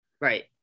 Right